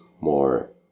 more